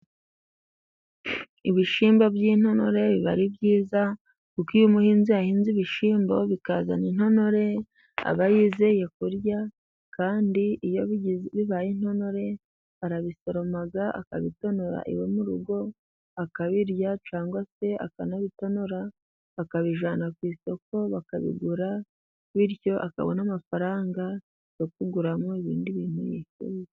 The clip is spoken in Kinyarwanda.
Ibishymbo by'intononore biba ari byiza ,kuko iyo umuhinzi ahinze ibishyimbo bikazana intontore aba yizeye kurya kandi iyo bibaye intonore arabisoroma ,akabitonora iwe mu rugo akabirya cyangwa se akanabitonora akabijyana ku isoko bakabigura bityo akabona n'amafaranga yo kuguramo ibindi bintu yifuza.